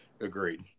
Agreed